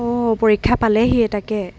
অঁ পৰীক্ষা পালেহিয়ে তাকে